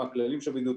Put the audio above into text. מה כללים של בידוד,